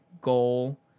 goal